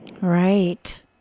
Right